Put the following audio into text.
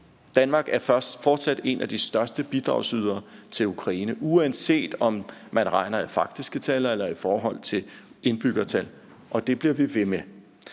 Danmark er fortsat en af de største bidragsydere til Ukraine, uanset om man regner i faktiske tal eller i forhold til indbyggertal, og det bliver vi ved med.